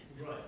Right